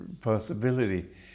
possibility